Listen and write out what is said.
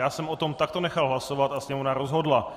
Já jsem o tom takto nechal hlasovat a Sněmovna rozhodla.